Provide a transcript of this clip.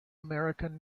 american